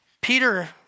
Peter